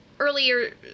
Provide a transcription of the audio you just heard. earlier